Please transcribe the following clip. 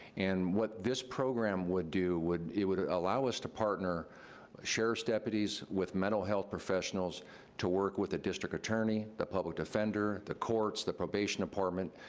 and what this program would do would, it would allow us to partner sheriff's deputies with mental health professionals to work with the district attorney, the public defender, the courts, the probation department,